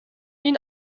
ihn